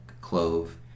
clove